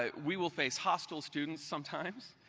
ah we will face hostile students sometimes,